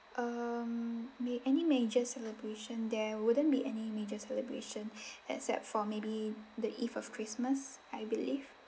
um may any major celebration there wouldn't be any major celebration except for maybe the eve of christmas I believe